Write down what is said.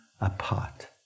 apart